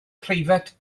preifat